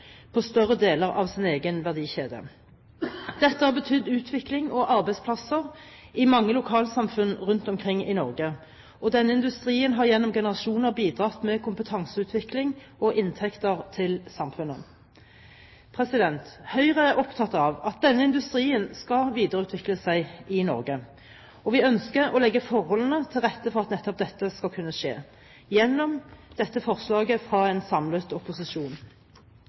på større deler av sin egen verdikjede. Dette har betydd utvikling og arbeidsplasser i mange lokalsamfunn rundt omkring i Norge, og denne industrien har gjennom generasjoner bidratt med kompetanseutvikling og inntekter til samfunnet. Høyre er opptatt av at denne industrien skal videreutvikle seg i Norge, og vi ønsker å legge forholdene til rette for at nettopp dette skal kunne skje gjennom dette forslaget fra en samlet opposisjon.